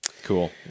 Cool